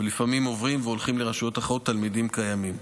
או לפעמים עוברים והולכים לרשויות אחרות תלמידים קיימים.